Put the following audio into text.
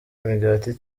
imigati